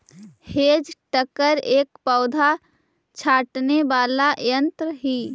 hedge cutter एक पौधा छाँटने वाला यन्त्र ही